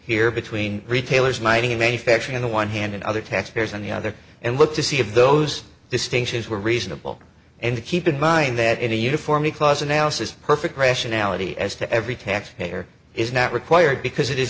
here between retailers mining and manufacturing in the one hand and other taxpayers on the other and look to see if those distinctions were reasonable and keep in mind that any uniformly close analysis perfect rationality as to every taxpayer is not required because it is